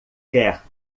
quer